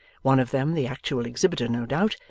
one of them, the actual exhibitor no doubt,